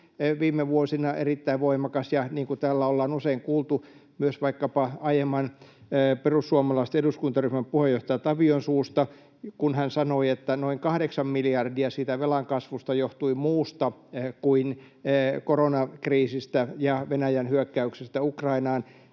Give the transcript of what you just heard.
viime vuosina erittäin voimakas, ja täällä ollaan usein kuultu myös vaikkapa aiemman perussuomalaisten eduskuntaryhmän puheenjohtajan, Tavion, suusta, miten hän on sanonut, että noin kahdeksan miljardia siitä velan kasvusta johtui muusta kuin koronakriisistä ja Venäjän hyökkäyksestä Ukrainaan,